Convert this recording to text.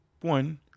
one